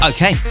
Okay